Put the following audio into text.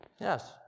Yes